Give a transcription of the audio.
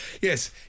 Yes